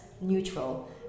neutral